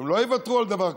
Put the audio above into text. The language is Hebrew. הם לא יוותרו על דבר כזה.